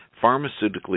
pharmaceutically